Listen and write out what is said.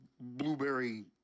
Blueberry